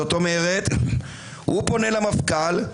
הוא פונה למפכ"ל,